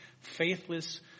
faithless